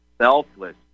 selfless